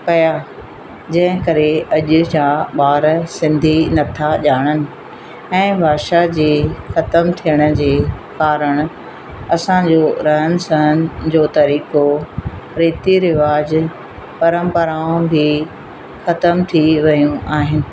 पियां जंहिं करे अॼु जा ॿार सिंधी न था ॼाणण ऐं भाषा जे खतमु थियण जे कारण असांजो रहन सहन जो तरीक़ो रीती रिवाज परंपराऊं बि खतमु थी वियूं आहिनि